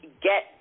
get